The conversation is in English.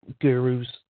gurus